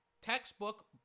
textbook